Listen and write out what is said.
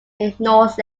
ignores